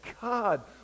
God